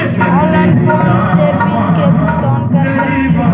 Online कोन app से bill के भुगतान कर सकली ही?